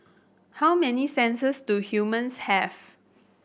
how many senses do humans have